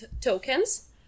tokens